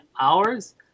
hours